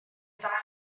ddau